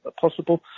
possible